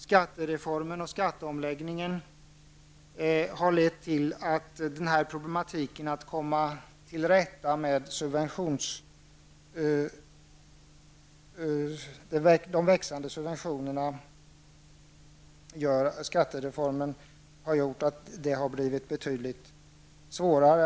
Skattereformen och skatteomläggningen har lett till att problematiken att komma till rätta med de växande subventionerna har blivit svårare.